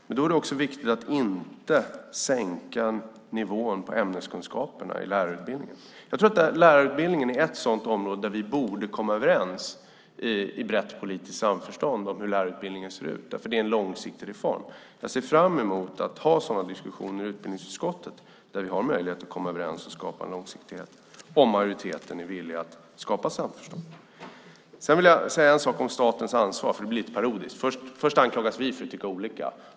Men då är det också viktigt att inte sänka nivån på ämneskunskaperna i lärarutbildningen. Jag tror att lärarutbildningen är ett sådant område där vi borde komma överens i brett politiskt samförstånd om hur den ska se ut, för det är en långsiktig reform. Jag ser fram emot att ha sådana diskussioner i utbildningsutskottet där vi har möjlighet att komma överens och skapa långsiktighet om majoriteten är villig att skapa samförstånd. Sedan vill jag säga en sak om statens ansvar, för detta blir lite parodiskt. Först anklagas vi för att tycka olika.